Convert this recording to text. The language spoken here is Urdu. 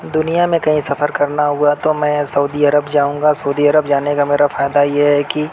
دنیا میں کہیں سفر کرنا ہوا تو میں سعودی عرب جاؤں گا سعودی عرب جانے کا میرا فائدہ یہ ہے کہ